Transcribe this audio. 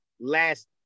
last